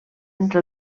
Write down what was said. entre